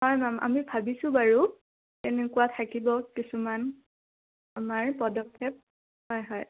হয় মেম আমি ভাবিছোঁ বাৰু তেনেকুৱা থাকিব কিছুমান আমাৰ পদক্ষেপ হয় হয়